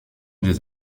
des